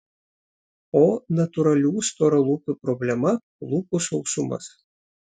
o natūralių storalūpių problema lūpų sausumas